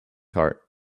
cart